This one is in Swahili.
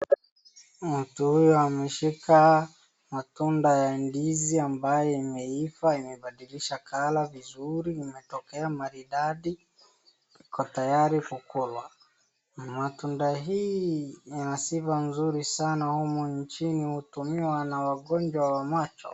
Mtu huyu ameshika matunda ya ndizi ambayo imeiva imebadilisha colour vizuri imetokea maridadi, iko tayari kukulwa. Matunda hii ina sifa nzuri sana humu nchini hutumiwa na wagonjwa wa macho.